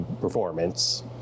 performance